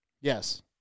Yes